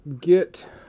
get